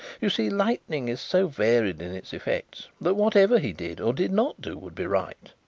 you see, lightning is so varied in its effects that whatever he did or did not do would be right.